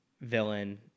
villain